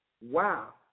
Wow